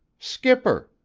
skipper!